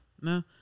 no